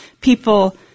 People